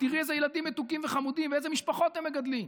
ותראי איזה ילדים מתוקים וחמודים ואיזה משפחות הם מגדלים.